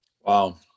Wow